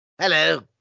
Hello